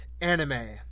anime